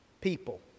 people